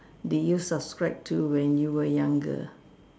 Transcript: did you to subscribe to when you were younger